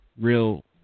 Real